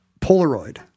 Polaroid